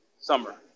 Summer